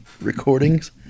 recordings